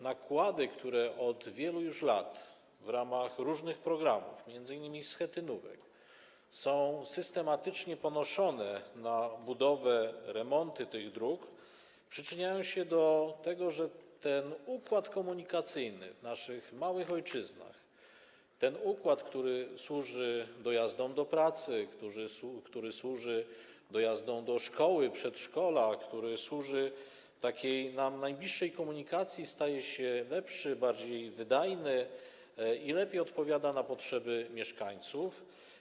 Nakłady, które od wielu już lat w ramach różnych programów, m.in. schetynówek, są systematycznie ponoszone na budowę, remonty tych dróg, przyczyniają się do tego, że układ komunikacyjny w naszych małych ojczyznach, ten układ, który służy dojazdom do pracy, który służy dojazdom do szkoły, przedszkola, który służy najbliższej nam komunikacji, staje się lepszy, bardziej wydajny i lepiej odpowiada na potrzeby mieszkańców.